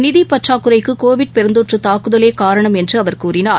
நிதிபற்றாக்குறைக்குகோவிட் பெருந்தொற்றுதாக்குதலேஎன்றுஅவர் கூறினார்